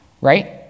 right